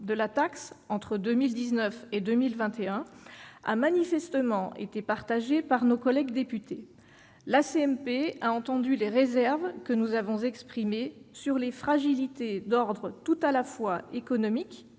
de la taxe, entre 2019 et 2021, a manifestement été partagé par nos collègues députés. La commission mixte paritaire a entendu les réserves que nous avons exprimées sur les fragilités d'ordre à la fois économique,